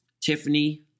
Tiffany